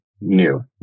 new